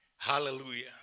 Hallelujah